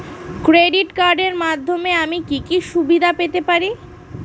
Credit কার্ডের মাধ্যমে আমি কি কি সুবিধা পেতে পারি?